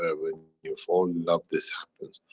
ah when you fall in love this happens.